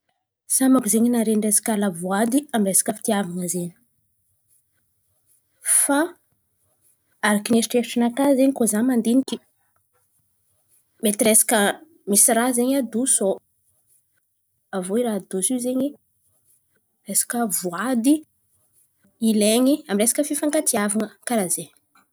Sambako zen̈y naharen̈y resaka lavoady amy resaka fitiavan̈a zen̈y. Fa araky ny eritreritrinakà zen̈y koa za mandiniky, mety resaka misy raha zen̈y adoso ao. Aviô i raha adoso io zen̈y resaka voady ilain̈y amy resaka fifankatiavan̈a. Karà zen̈y.